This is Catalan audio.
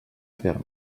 fer